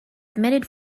admitted